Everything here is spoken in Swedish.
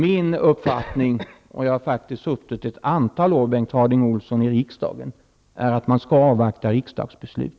Min uppfattning -- och jag har suttit ett antal år i riksdagen, Bengt Harding Olson -- är att man skall avvakta riksdagsbeslut.